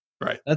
Right